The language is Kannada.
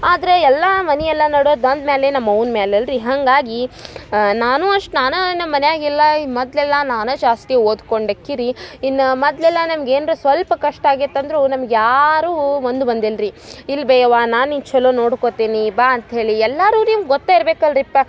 ಆದರೆ ಎಲ್ಲಾ ಮನೆ ಎಲ್ಲ ನಡ್ಯೋದು ಅಂದ್ಮ್ಯಾಲೆ ನಮ್ಮವ್ವನ ಮ್ಯಾಲೆ ಅಲ್ರಿ ಹಾಗಾಗಿ ನಾನು ಅಷ್ಟು ನಾನಾ ನಮ್ಮ ಮನ್ಯಾಗ ಇಲ್ಲಾ ಈ ಮೊದಲೆಲ್ಲ ನಾನೇ ಜಾಸ್ತಿ ಓದ್ಕೊಂಡು ಆಕಿ ರೀ ಇನ್ನ ಮದಲೆಲ್ಲ ನಮ್ಗ ಏನ್ರ ಸ್ವಲ್ಪ ಕಷ್ಟ ಆಗ್ಯೈತೆ ಅಂದರೂ ನಮ್ಗ ಯಾರೂ ಒಂದು ಬಂದಿಲ್ರಿ ಇಲ್ಬೆ ಯವ್ವ ನಾ ನಿನ್ನ ಛಲೋ ನೋಡ್ಕೊತಿನಿ ಬಾ ಅಂತೇಳಿ ಎಲ್ಲಾರು ನಿಮ್ಗ ಗೊತ್ತೆ ಇರ್ಬೆಕು ಅಲ್ರಿ ಪ